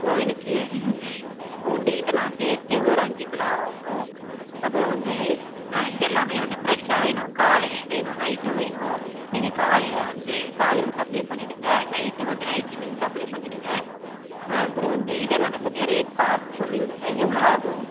அப்புறம் எனக்கு இஞ்சி பூண்டு இதெல்லாம் சேர்த்து ஒரு அஞ்சு கிலோ ஆகும் அப்புறம் வந்து இதெல்லாமே வந்து பிரெஷ்ஷாக வேணும் காலையிலையும் வேணும் நைட்டும் வேணும் நீங்கள் காலையில் வந்து காலையிலே சப்ளை பண்ணிடுங்கள் நைட்டு வந்து நைட்டு நீங்கள் சப்ளை பண்ணிடுங்கள் அப்புறம் வந்து இதெல்லாமே கொஞ்சம் ரேட் பார்த்து சொல்லி விடுங்க எவ்வளோ ஆகும்